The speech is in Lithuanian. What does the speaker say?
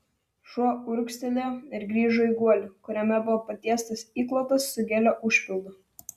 šuo urgztelėjo ir grįžo į guolį kuriame buvo patiestas įklotas su gelio užpildu